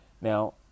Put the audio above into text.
Now